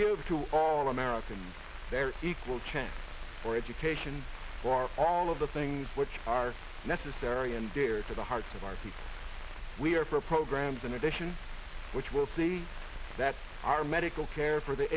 give to all americans very equal chance for education for all of the things which are necessary and dear to the hearts of our people we are for programs in addition which will say that our medical care